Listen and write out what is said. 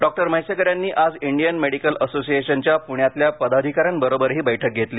doctor Mhaisekar यांनी आज Indian Medical असोसिएशनच्या पुण्यातल्या पदाधिकाऱ्यांबरोबरही बैठक घेतली